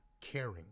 caring